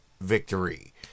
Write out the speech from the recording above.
victory